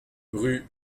rue